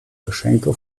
geschenke